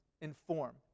inform